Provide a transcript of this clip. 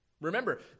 remember